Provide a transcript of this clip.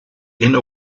inner